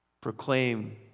proclaim